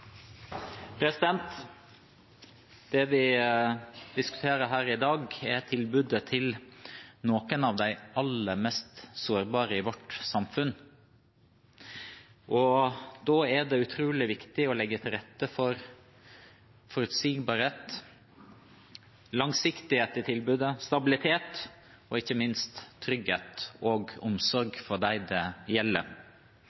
tilbudet til noen av de aller mest sårbare i vårt samfunn. Da er det utrolig viktig å legge til rette for forutsigbarhet, langsiktighet i tilbudet, stabilitet og ikke minst trygghet og omsorg